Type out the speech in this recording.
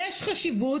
יש חשיבות,